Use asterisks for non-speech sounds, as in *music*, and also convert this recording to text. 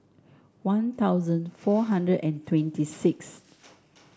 *noise* One Thousand four hundred and twenty six